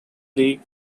league